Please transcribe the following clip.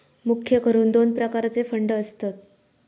मुख्य करून दोन प्रकारचे फंड असतत